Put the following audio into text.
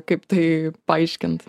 kaip tai paaiškint